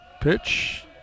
Pitch